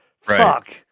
fuck